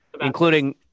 Including